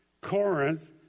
Corinth